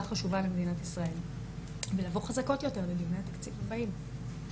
שחשובה למדינת ישראל ולבוא חזקות יותר לדיוני התקציב הבאים.